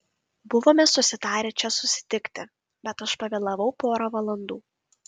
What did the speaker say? buvome susitarę čia susitikti bet aš pavėlavau pora valandų